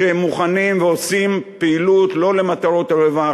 שמוכנים ועושים פעילות שלא למטרות רווח,